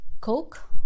coke